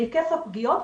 היקף הפגיעות,